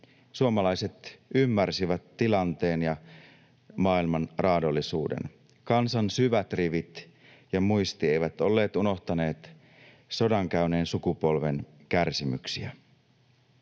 suomalaiset ymmärsivät tilanteen ja maailman raadollisuuden. Kansan syvät rivit ja muisti eivät olleet unohtaneet sodan käyneen sukupolven kärsimyksiä.